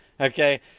Okay